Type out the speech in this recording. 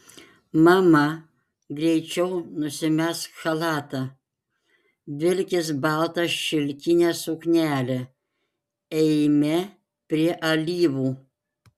mama greičiau nusimesk chalatą vilkis baltą šilkinę suknelę eime prie alyvų